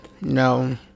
No